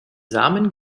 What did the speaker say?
samen